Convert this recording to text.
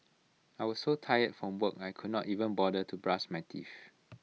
I was so tired from work I could not even bother to brush my teeth